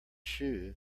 shoe